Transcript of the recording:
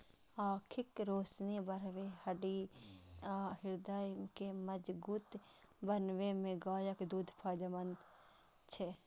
आंखिक रोशनी बढ़बै, हड्डी आ हृदय के मजगूत बनबै मे गायक दूध फायदेमंद छै